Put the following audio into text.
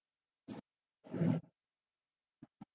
yeah